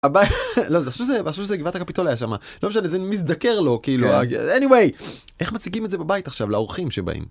לא, אני חושב שזה גבעת הקפיטול היה שם, לא משנה, זה מזדקר לו, כאילו, anyway איך מציגים את זה בבית עכשיו לאורחים שבאים.